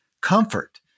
comfort